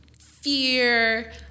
fear